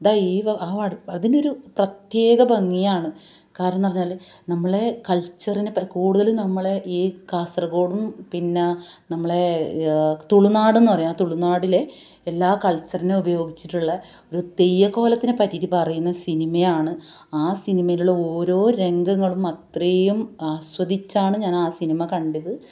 ഇതാ ഈ ആ പാ അതിനൊരു പ്രത്യേക ഭംഗിയാണ് കാരണം എന്ന് പറഞ്ഞാല് നമ്മളുടെ കൾച്ചറിന് കൂടുതലും നമ്മളുടെ ഈ കാസർഗോഡും പിന്നെ നമ്മളുടെ തുളുനാട് എന്ന് പറയും ആ തുളുനാടിലെ എല്ലാ കൾച്ചറിന് ഉപയോഗിച്ചിട്ടുള്ള ഒരു തെയ്യക്കോലത്തിനെ പറ്റിയിട്ട് പറയുന്ന സിനിമയാണ് ആ സിനിമയിലുള്ള ഓരോ രംഗങ്ങളും അത്രയും ആസ്വദിച്ചാണ് ഞാൻ ആ സിനിമ കണ്ടത്